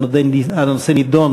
הנושא נדון